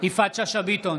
יפעת שאשא ביטון,